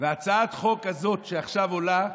הצעת החוק הזאת שעכשיו עולה,